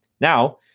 Now